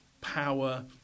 power